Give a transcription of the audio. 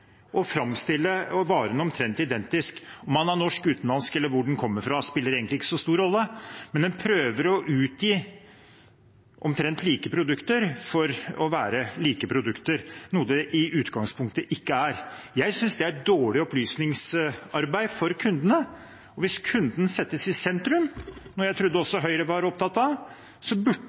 varene omtrent identisk. Om de er norske, utenlandske eller hvor de kommer fra, spiller egentlig ikke så stor rolle, men man prøver å utgi omtrent like produkter for å være like produkter, noe de i utgangspunktet ikke er. Jeg synes det er dårlig opplysningsarbeid for kundene. Hvis kunden settes i sentrum, noe jeg trodde også Høyre var opptatt av, burde